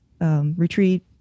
retreat